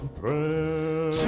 prayer